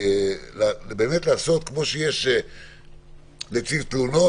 באמת לעשות כמו שיש נציב תלונות,